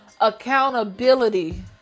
accountability